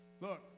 Look